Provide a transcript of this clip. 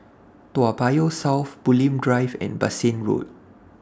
Toa Payoh South Bulim Drive and Bassein Road